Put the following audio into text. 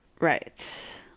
Right